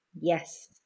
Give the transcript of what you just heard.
Yes